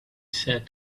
said